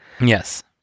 Yes